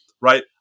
right